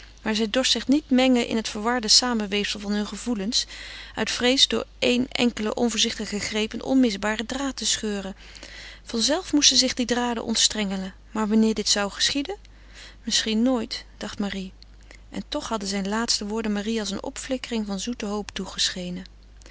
maar zij dorst zich niet mengen in het verwarde samenweefsel hunner gevoelens uit vrees door een enkelen onvoorzichtigen greep een onmisbaren draad te scheuren vanzelve moesten zich die draden ontstrengelen maar wanneer zou dit geschieden misschien nooit dacht marie en toch hadden zijne laatste woorden marie als eene opflikkering van zoete hoop toegeschenen